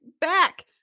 Back